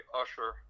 usher